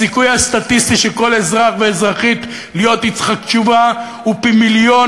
הסיכוי הסטטיסטי של כל אזרח ואזרחית להיות יצחק תשובה הוא פי-מיליון